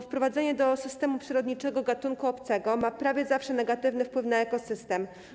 Wprowadzenie do systemu przyrodniczego gatunku obcego ma prawie zawsze negatywny wpływ na ekosystem.